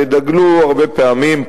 דגלו הרבה פעמים,